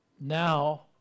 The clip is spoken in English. now